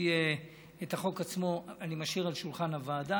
את החוק עצמו אני משאיר על שולחן הוועדה.